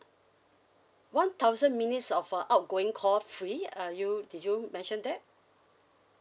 one thousand minutes of uh outgoing call free uh you did you mention that